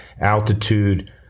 altitude